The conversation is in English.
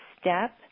step